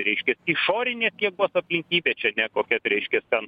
reiškias išorinės jėgos aplinkybė čia ne kokia reiškias ten